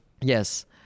Yes